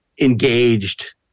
engaged